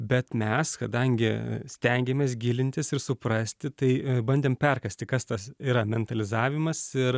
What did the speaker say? bet mes kadangi stengiamės gilintis ir suprasti tai bandėm perkąsti kas tas yra metalizavimas ir